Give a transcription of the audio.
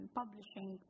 publishing